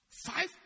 Five